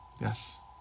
Yes